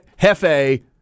Hefe